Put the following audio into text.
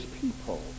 people